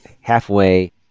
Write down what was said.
halfway